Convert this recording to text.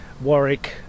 Warwick